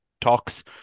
talks